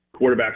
quarterbacks